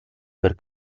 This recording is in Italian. per